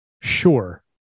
Sure